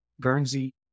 Guernsey